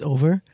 Over